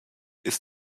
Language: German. ist